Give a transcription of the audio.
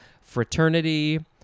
fraternity